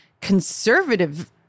conservative